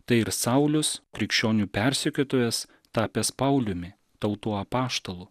tai ir saulius krikščionių persekiotojas tapęs pauliumi tautų apaštalu